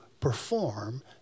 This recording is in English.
perform